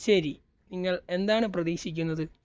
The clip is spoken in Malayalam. ശരി നിങ്ങൾ എന്താണ് പ്രതീക്ഷിക്കുന്നത്